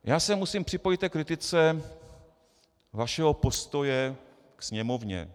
Já se musím připojit k té kritice vašeho postoje ke Sněmovně.